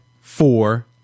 four